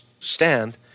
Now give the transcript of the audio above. stand